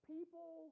People